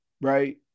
right